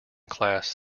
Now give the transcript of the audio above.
class